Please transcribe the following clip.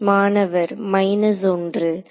மாணவர் மைனஸ் 1